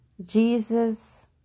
Jesus